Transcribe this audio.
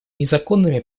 незаконными